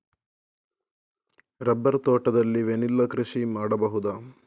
Rubber ತೋಟದಲ್ಲಿ vanilla ಕೃಷಿ ಮಾಡಬಹುದಾ?